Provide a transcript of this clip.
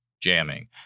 jamming